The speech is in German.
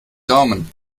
daumen